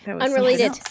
Unrelated